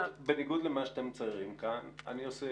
בניגוד למה שאתם מציירים כאן אני עושה